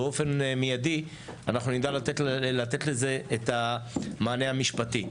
באופן מיידי אנחנו נדע לתת לזה את המענה המשפטי.